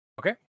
Okay